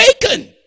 bacon